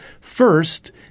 First